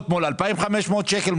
800 מול 2,500 שקלים,